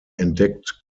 entdeckt